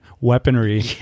weaponry